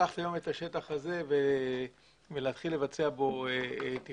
לקחת היום את השטח הזה ולהתחיל לבצע בו תכנון,